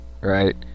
right